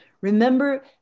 remember